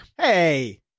Hey